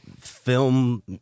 film